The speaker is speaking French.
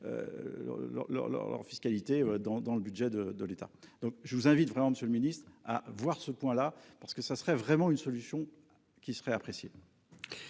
leur fiscalité dans dans le budget de de l'État. Donc je vous invite vraiment Monsieur le Ministre, à voir ce point là parce que ça serait vraiment une solution qui serait appréciée.